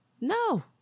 No